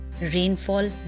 rainfall